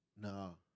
No